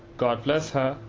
god bless her,